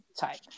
type